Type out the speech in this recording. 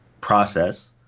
process